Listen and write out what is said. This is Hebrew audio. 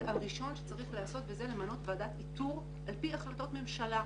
הראשון שצריך לעשות מינוי ועדת איתור על פי החלטות ממשלה.